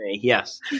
yes